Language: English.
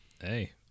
hey